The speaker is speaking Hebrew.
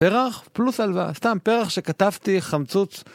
פרח פלוס הלואה. סתם פרח שקטפתי חמצוץ.